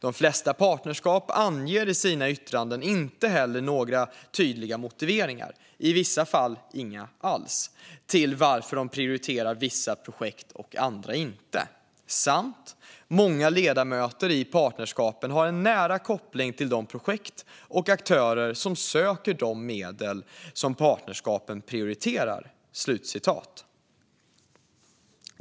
De flesta partnerskap anger i sina yttranden inte heller några tydliga motiv, i vissa fall inga alls, till vilka projekt de prioriterar eller inte." Man skriver också: "Många ledamöter i partnerskapen har en nära koppling till de projekt och aktörer som söker de medel som partnerskapen prioriterar."